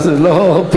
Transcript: מה, זה לא פינג-פונג.